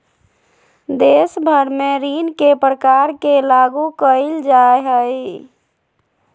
देश भर में ऋण के प्रकार के लागू क़इल जा हइ